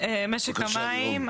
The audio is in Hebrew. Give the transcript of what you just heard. משק המים.